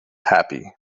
happy